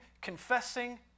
confessing